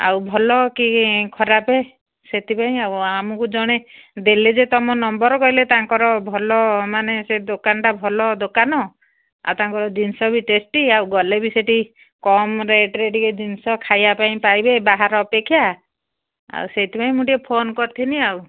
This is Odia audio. ଆଉ ଭଲ କି ଖରାପ ସେଥିପାଇଁ ଆଉ ଆମକୁ ଜଣେ ଦେଲେ ଯେ ତୁମ ନମ୍ବର କହିଲେ ତାଙ୍କର ଭଲ ମାନେ ସେ ଦୋକାନଟା ଭଲ ଦୋକାନ ଆଉ ତାଙ୍କର ଜିନିଷ ବି ଟେଷ୍ଟି ଆଉ ଗଲେ ବି ସେଠି କମ୍ ରେଟ୍ରେ ଟିକେ ଜିନିଷ ଖାଇବା ପାଇଁ ପାଇବେ ବାହାର ଅପେକ୍ଷା ଆଉ ସେଇଥିପାଇଁ ମୁଁ ଟିକେ ଫୋନ କରିଥିଲି ଆଉ